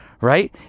Right